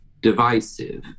divisive